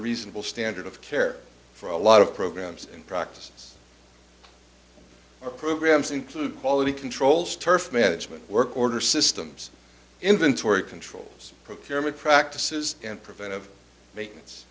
reasonable standard of care for a lot of programs and practices are programs include quality controls turf management work order systems inventory controls procurement practices and preventive maintenance